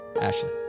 Ashley